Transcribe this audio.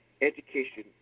education